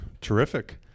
terrific